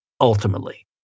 ultimately